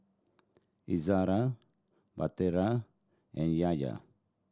Izzara and Yahaya